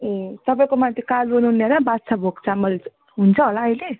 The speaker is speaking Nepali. ए तपाईँकोमा त्यो कालो नुनिया र बादसाह भोग चामल हुन्छ होला अहिले